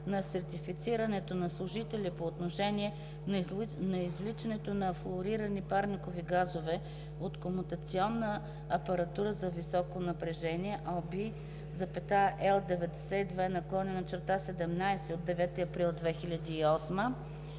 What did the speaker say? на сертифицирането на служители по отношение на извличането на флуорирани парникови газове от комутационна апаратура за високо напрежение (ОВ, L 92/17 от 9 април 2008